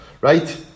right